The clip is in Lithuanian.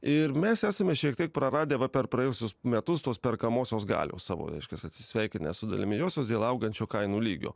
ir mes esame šiek tiek praradę per praėjusius metus tos perkamosios galios savo reiškias atsisveikinę su dalimi josios dėl augančio kainų lygio